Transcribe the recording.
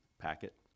packet